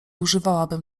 używałabym